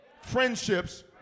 friendships